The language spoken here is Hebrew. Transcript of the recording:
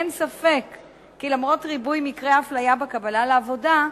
אין ספק כי למרות ריבוי מקרי האפליה בקבלה לעבודה,